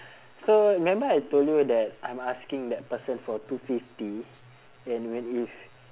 so remember I told you that I'm asking that person for two fifty and when if